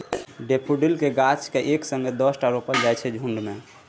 daffodil केर गाछ केँ एक संगे दसटा रोपल जाइ छै झुण्ड मे